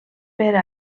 per